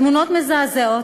התמונות מזעזעות.